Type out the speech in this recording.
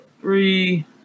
three